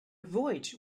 voyage